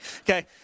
Okay